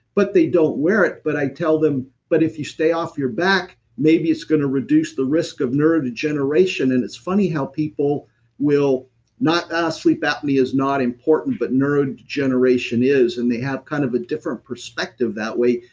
but they don't wear it, but i tell them, but if you stay off your back maybe it's going to reduce the risk of neurodegeneration. and it's funny how people will not. ah sleep apnea is not important, but neurodegeneration is, and they have kind of a different perspective that way,